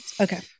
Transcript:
Okay